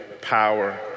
power